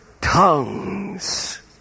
tongues